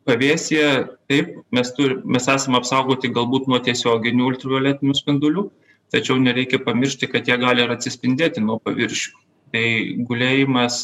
pavėsyje taip mes mes esam apsaugoti galbūt nuo tiesioginių ultravioletinių spindulių tačiau nereikia pamiršti kad jie gali ir atsispindėti nuo paviršių tai gulėjimas